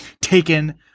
Taken